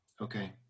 Okay